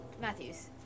Matthews